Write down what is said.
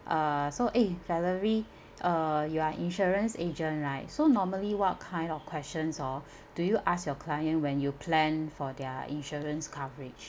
uh so eh valerie uh you are insurance agent right so normally what kind of questions hor do you ask your client when you plan for their insurance coverage